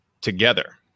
together